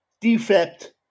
defect